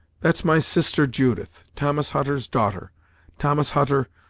that's my sister judith. thomas hutter's daughter thomas hutter,